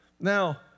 Now